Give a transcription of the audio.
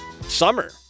summer